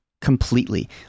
completely